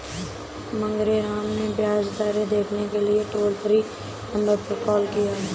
मांगेराम ने ब्याज दरें देखने के लिए टोल फ्री नंबर पर कॉल किया